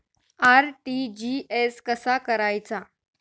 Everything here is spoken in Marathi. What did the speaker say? आर.टी.जी.एस कसा करायचा?